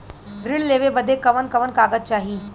ऋण लेवे बदे कवन कवन कागज चाही?